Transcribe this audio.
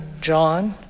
John